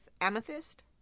Amethyst